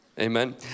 Amen